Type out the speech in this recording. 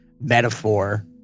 metaphor